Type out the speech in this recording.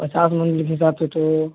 पचास मन के हिसाब से तो